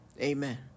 Amen